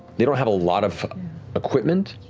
they don't have a lot of equipment.